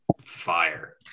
fire